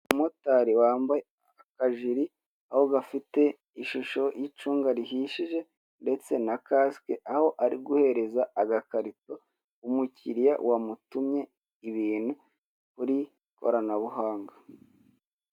Umumotari wambaye akajire, aho gafite ishusho y'icunga rihishije, ndetse na kasike aho ari guhereza agakarito umukiliya wamutumye ibintu, kuri ikoranabuhanga.